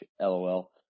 LOL